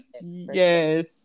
yes